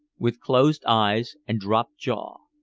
with closed eyes and dropped jaw.